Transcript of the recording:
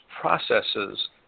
processes